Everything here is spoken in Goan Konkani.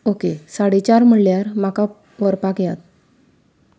ओके साडेचार म्हणल्यार म्हाका व्हरपाक येयात